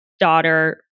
daughter